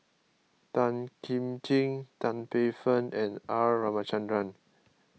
Tan Kim Ching Tan Paey Fern and R Ramachandran